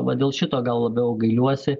va dėl šito gal labiau gailiuosi